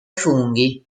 funghi